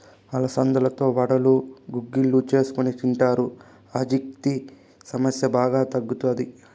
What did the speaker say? అలసందలతో వడలు, గుగ్గిళ్ళు చేసుకొని తింటారు, అజీర్తి సమస్య బాగా తగ్గుతాది